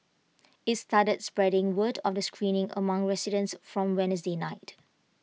IT started spreading word of the screening among residents from Wednesday night